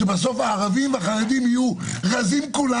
שבסוף הערבים והחרדים יהיו רזים כולם